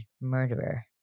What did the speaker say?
murderer